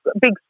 big